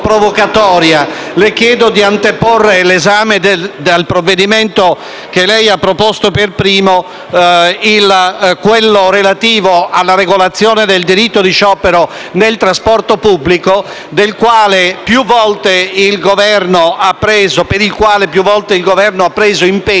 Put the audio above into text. le chiedo di anteporre all'esame del provvedimento che lei ha proposto per primo quello relativo alla regolazione del diritto di sciopero nel trasporto pubblico, sul quale più volte il Governo si è impegnato,